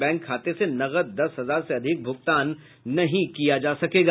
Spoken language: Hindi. बैंक खाते से नकद दस हजार से अधिक भुगतान नहीं किया जा सकेगा